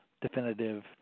definitive